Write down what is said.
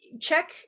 check